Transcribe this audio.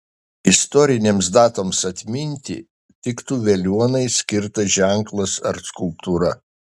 istorinėms datoms atminti tiktų veliuonai skirtas ženklas ar skulptūra